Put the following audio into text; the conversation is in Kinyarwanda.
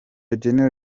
gen